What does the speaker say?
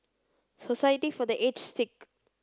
society for the Aged Sick